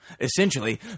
essentially